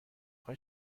خوای